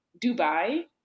Dubai